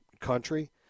country